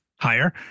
higher